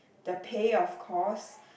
the pay of course